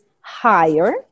higher